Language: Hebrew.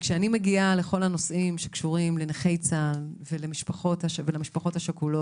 וכשאני מגיעה לכל הנושאים שקשורים לנכי צה"ל ולמשפחות השכולות,